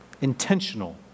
intentional